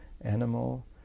animal